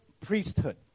priesthood